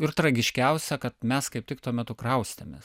ir tragiškiausia kad mes kaip tik tuo metu kraustėmės